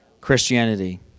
Christianity